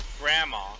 grandma